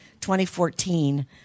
2014